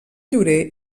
llorer